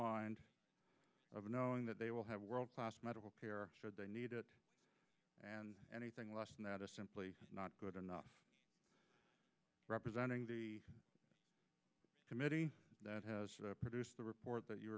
mind of knowing that they will have world class medical care should they need it and anything less than that is simply not good enough representing the committee that has produced the report that you